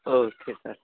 okay sir